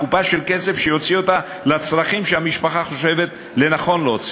קופה של כסף שהוא יוציא אותו לצרכים שהמשפחה חושבת לנכון להוציא.